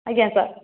ଆଜ୍ଞା ସାର୍